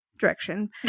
direction